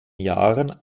jahren